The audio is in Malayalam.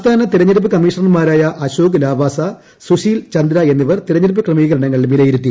സംസ്ഥാന തെരഞ്ഞെടുപ്പ് കമ്മീഷണർമാരായ അശ്ശോക് ലാവാസ സുശീൽ ചന്ദ്ര എന്നിവർ തെരഞ്ഞെടുപ്പ് ക്രമീകരണങ്ങൾ വിലയിരുത്തി